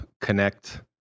connect